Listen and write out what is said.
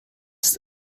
ist